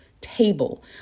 table